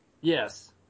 Yes